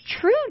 true